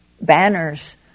banners